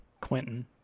Quentin